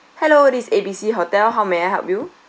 hello this is A B C hotel how may I help you